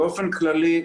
באופן כללי,